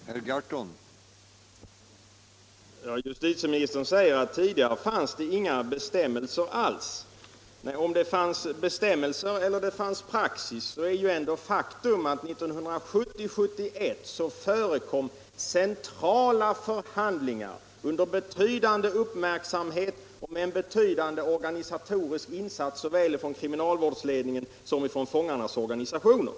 Herr talman! Justitieministern säger att det tidigare inte fanns några — Om situationen på bestämmelser alls. Om det fanns bestämmelser eller om det fanns en — fångvårdsanstalterpraxis, är faktum ändå att det 1970-1971 förekom centrala förhandlingar — na under betydande uppmärksamhet och med en betydande organisatorisk insats såväl av kriminalvårdsledningen som av fångarnas organisationer.